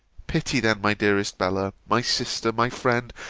pity then, my dearest bella, my sister, my friend,